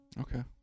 Okay